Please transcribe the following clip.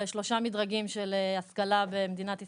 שלושה מדרגים של השכלה במדינת ישראל.